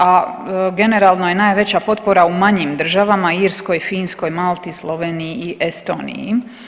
A generalno je najveća potpora u manjim državama Irskoj, Finskoj, Malti, Sloveniji i Estoniji.